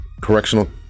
Correctional